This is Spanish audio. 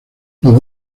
los